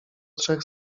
trzech